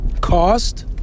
Cost